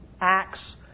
acts